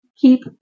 keep